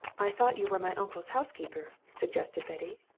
i thought you were my uncle's housekeeper, suggested betty.